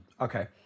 Okay